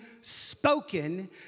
spoken